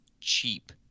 cheap